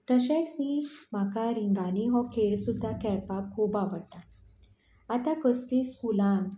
तशेंच न्ही म्हाका रिंगांनी हो खेळ सुद्दां खेळपाक खूब आवडटा आतां कसलीय स्कुलां